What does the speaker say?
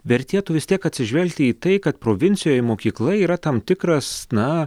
vertėtų vis tiek atsižvelgti į tai kad provincijoj mokykla yra tam tikras na